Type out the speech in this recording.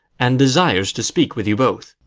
and desires to speak with you both.